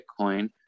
Bitcoin